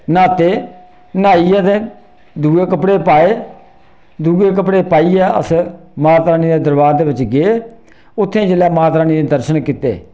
न्हाते न्हाइयै ते दुए कपड़े पाए दुए कपड़े पाइयै अस माता रानी दे दरबार दे बिच्च गे उत्थे जेल्लै माता रानी दे दर्शन कीते